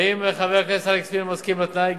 האם חבר הכנסת אלכס מילר מסכים לתנאי?